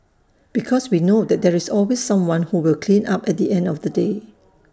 because we know that there's always someone who will clean up at the end of the day